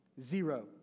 Zero